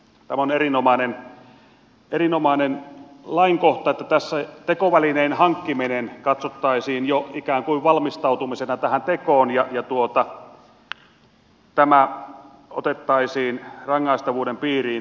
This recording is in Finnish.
tämä on erinomainen lainkohta että tässä tekovälineen hankkiminen katsottaisiin jo ikään kuin valmistautumisena tähän tekoon ja tämä otettaisiin rangaistavuuden piiriin